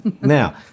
Now